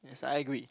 yes I agree